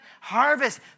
harvest